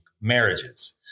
marriages